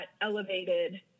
elevated